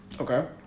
okay